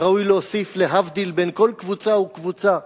וראוי להוסיף "להבדיל" בין כל קבוצה וקבוצה,